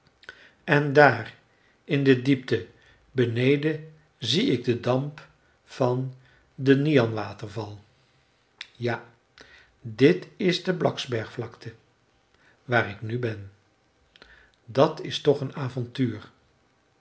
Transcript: en daar in de diepte beneden zie ik den damp van den nian waterval ja dit is de blacksbergvlakte waar ik nu ben dat is toch een avontuur